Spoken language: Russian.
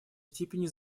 степени